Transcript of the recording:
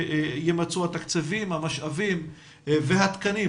שיימצאו התקציבים והמשאבים והתקנים